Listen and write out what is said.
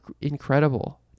incredible